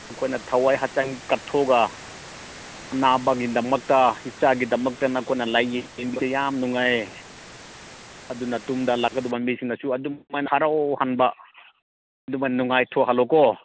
ꯅꯈꯣꯏꯅ ꯊꯋꯥꯏ ꯍꯛꯆꯥꯡ ꯀꯠꯊꯣꯛꯑꯒ ꯑꯅꯥꯕꯒꯤꯗꯃꯛꯇ ꯏꯆꯥꯒꯤꯗꯃꯛꯇ ꯅꯈꯣꯏꯅ ꯂꯥꯏꯌꯦꯡꯕꯁꯦ ꯌꯥꯝ ꯅꯨꯡꯉꯥꯏꯌꯦ ꯑꯗꯨꯅ ꯇꯨꯡꯗ ꯂꯥꯛꯀꯗꯕ ꯃꯤꯁꯤꯡꯗꯁꯨ ꯑꯗꯨꯃꯥꯏꯅ ꯍꯔꯥꯎ ꯍꯟꯕ ꯑꯗꯨꯃꯥꯏꯅ ꯅꯨꯡꯉꯥꯏꯊꯣꯛꯍꯟꯂꯣꯀꯣ